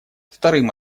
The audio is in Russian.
вторым